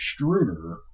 extruder